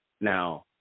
now